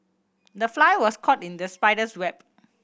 the fly was caught in the spider's web